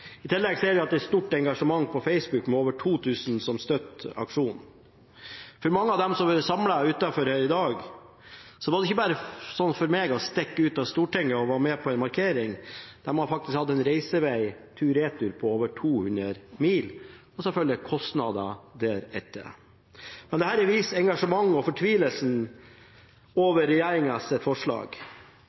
I tillegg ser vi at det er stort engasjement på Facebook, med over 2 000 som støtter aksjonen. For mange av dem som var samlet utenfor i dag, var det ikke bare – som for meg – å stikke ut av Stortinget og være med på en markering. De har faktisk hatt en reisevei tur–retur på over 200 mil, og selvfølgelig kostnader deretter. Men dette viser engasjementet og fortvilelsen over regjeringens forslag.